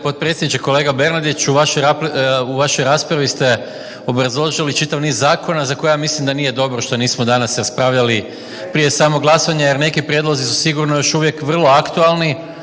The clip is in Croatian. potpredsjedniče. Kolega Bernardiću u vašoj raspravi ste obrazložili čitav niz zakona za koje ja mislim da nije dobro što nismo danas raspravljali prije samog glasanja jer neki prijedlozi su sigurno još uvijek vrlo aktualni